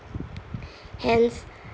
hence